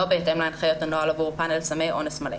בהתאם להנחיות הנוהל עבור פאנל סמי אונס מלא.